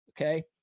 Okay